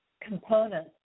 components